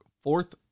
fourth